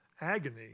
agony